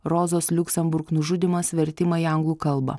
rozos liuksemburg nužudymas vertimą į anglų kalbą